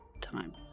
time